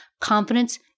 Confidence